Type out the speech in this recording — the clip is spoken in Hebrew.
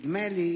יחד אתי.